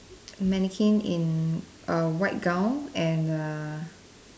mannequin in a white gown and a